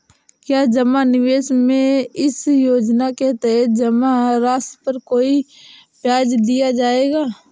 क्या जमा निवेश में इस योजना के तहत जमा राशि पर कोई ब्याज दिया जाएगा?